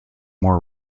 more